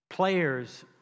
Players